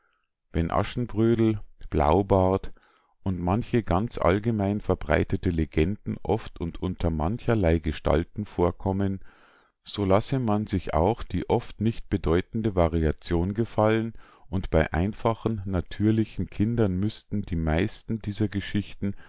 wenn aschenbrödel blaubart und manche ganz allgemein verbreitete legenden oft und unter mancherlei gestalten vorkommen so lasse man sich auch die oft nicht bedeutende variation gefallen und bei einfachen natürlichen kindern müßten die meisten dieser geschichten